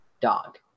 dog